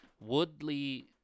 Woodley